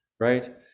Right